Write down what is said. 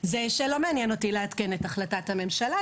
שלא מעניין אותי לעדכן את החלטת הממשלה.